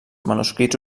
manuscrits